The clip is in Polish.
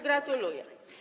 Gratuluję.